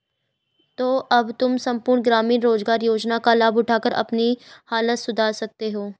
तो अब तुम सम्पूर्ण ग्रामीण रोज़गार योजना का लाभ उठाकर अपनी हालत सुधार सकते हो